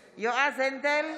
(קוראת בשמות חברי הכנסת) יועז הנדל,